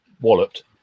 walloped